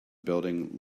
building